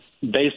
based